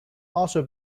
also